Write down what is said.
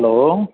hello